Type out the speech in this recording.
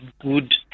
good